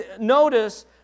Notice